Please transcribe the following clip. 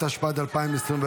התשפ"ד 2024,